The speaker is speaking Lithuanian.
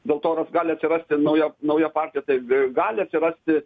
dėl to gali atsirasti nauja nauja partija taip gali atsirasti